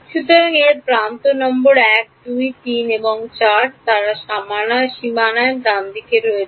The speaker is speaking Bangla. সুতরাং এর প্রান্ত নম্বর 1 2 3 এবং 4 তারা সীমানায় ডানদিকে রয়েছে